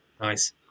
Nice